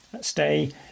stay